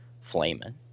flaming